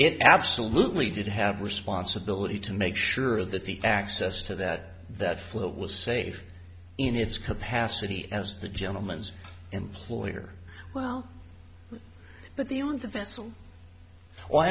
it absolutely did have responsibility to make sure that the access to that that flow was safe in its capacity as the gentleman's employer well but the o